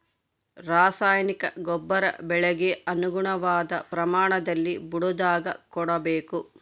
ರಾಸಾಯನಿಕ ಗೊಬ್ಬರ ಬೆಳೆಗೆ ಅನುಗುಣವಾದ ಪ್ರಮಾಣದಲ್ಲಿ ಬುಡದಾಗ ಕೊಡಬೇಕು